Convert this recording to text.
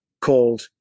called